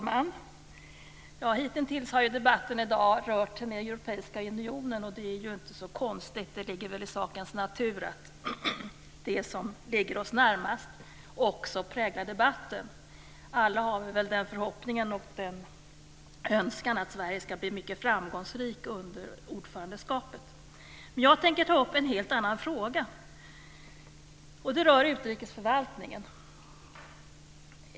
Fru talman! Hitintills har debatten i dag rört den europeiska unionen, och det är ju inte så konstigt. Det ligger väl i sakens natur att det som ligger oss närmast också präglar debatten. Alla har vi väl förhoppningen och önskan att Sverige ska bli mycket framgångsrikt under ordförandeskapet. Jag tänker dock ta upp en helt annan fråga, och den rör utrikesförvaltningen.